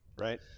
Right